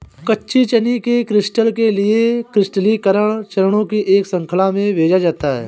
कच्ची चीनी के क्रिस्टल के लिए क्रिस्टलीकरण चरणों की एक श्रृंखला में भेजा जाता है